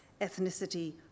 ethnicity